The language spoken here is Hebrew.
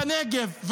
בנגב,